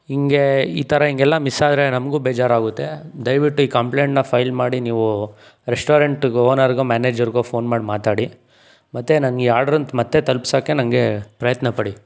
ಹಿಂಗೆ ಈ ಥರ ಹಿಂಗೆಲ್ಲ ಮಿಸ್ಸಾದರೆ ನಮಗೂ ಬೇಜಾರಾಗುತ್ತೆ ದಯವಿಟ್ಟು ಈ ಕಂಪ್ಲೇಟನ್ನ ಫೈಲ್ ಮಾಡಿ ನೀವು ರೆಸ್ಟೋರೆಂಟಗೆ ಓನರ್ಗೋ ಮ್ಯಾನೇಜರ್ಗೋ ಫೋನ್ ಮಾಡಿ ಮಾತಾಡಿ ಮತ್ತು ನಂಗೆ ಈ ಆರ್ಡ್ರನ್ನ ಮತ್ತು ತಲ್ಪ್ಸಕ್ಕೆ ನನಗೆ ಪ್ರಯತ್ನ ಪಡಿ